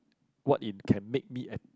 what in can make me and